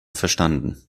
verstanden